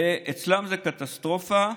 אצלם זאת קטסטרופה.